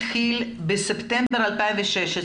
הפיילוט התחיל בספטמבר 2016,